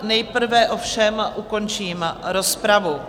Nejprve ovšem ukončím rozpravu.